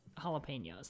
jalapenos